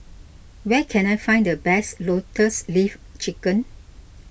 where can I find the best Lotus Leaf Chicken